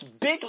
big